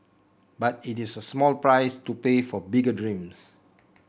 but it is a small price to pay for bigger dreams